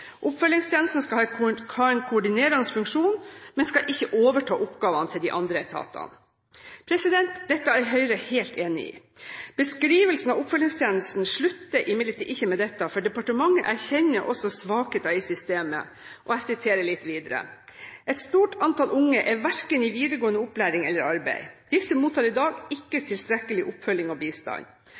Oppfølgingstjenesten skal ha en koordinerende funksjon, men skal ikke overta oppgavene til andre etater.» Dette er Høyre helt enig i. Beskrivelsen av oppfølgingstjenesten slutter imidlertid ikke med dette, for departementet erkjenner også svakheter i systemet. Jeg siterer videre: «Et stort antall unge er verken i videregående opplæring eller arbeid. Disse mottar i dag ikke tilstrekkelig oppfølging og bistand.